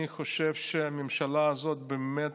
אני חושב שהממשלה הזאת באמת,